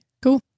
Cool